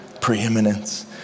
preeminence